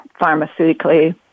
pharmaceutically